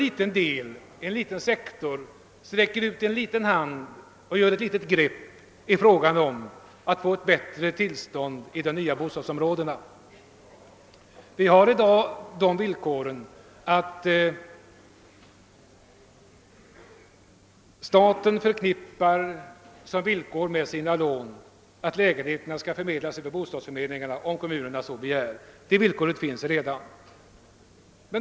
Den berör en liten sektor, och sträcker ut en hand och tar ett litet grepp om frågan att åstadkomma ett bättre tillstånd i de nya bostadsområdena. Vi har i dag det villkoret att staten för sina lån stipulerar att lägenheterna skall förmedlas av bostadsförmedlingarna, om kommunerna så begär. Detta villkor ställs redan nu.